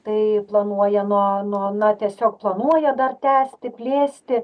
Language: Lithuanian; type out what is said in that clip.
tai planuoja nuo nuo na tiesiog planuoja dar tęsti plėsti